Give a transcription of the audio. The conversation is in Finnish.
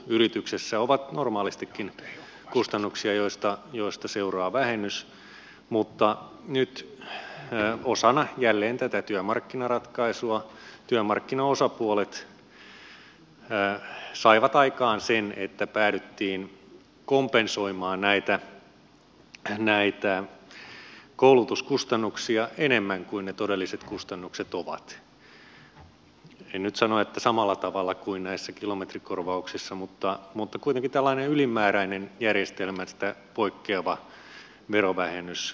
koulutuskulut ovat yrityksessä normaalistikin kustannuksia joista seuraa vähennys mutta nyt jälleen osana tätä työmarkkinaratkaisua työmarkkinaosapuolet saivat aikaan sen että päädyttiin kompensoimaan näitä koulutuskustannuksia enemmän kuin mitä ne todelliset kustannukset ovat en nyt sano että samalla tavalla kuin näissä kilometrikorvauksissa mutta kuitenkin tämä on tällainen ylimääräinen järjestelmästä poikkeava verovähennys